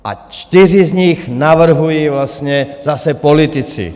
A čtyři z nich navrhuji vlastně zase politici.